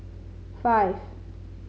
five